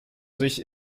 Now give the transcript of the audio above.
sich